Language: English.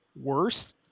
worse